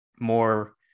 more